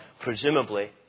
Presumably